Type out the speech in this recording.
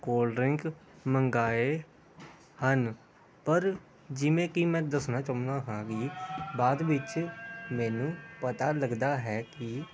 cold drink ਮੰਗਵਾਏ ਹਨ ਪਰ ਜਿਵੇਂ ਕਿ ਮੈਂ ਦੱਸਣਾ ਚਾਹੁੰਦਾ ਹਾਂ ਕਿ ਬਾਅਦ ਵਿੱਚ ਮੈਨੂੰ ਪਤਾ ਲੱਗਦਾ ਹੈ ਕਿ